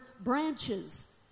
branches